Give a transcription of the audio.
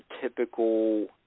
typical